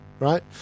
Right